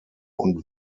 und